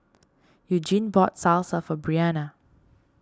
Eugene bought Salsa for Brianna